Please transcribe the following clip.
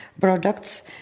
products